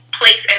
place